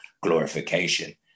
glorification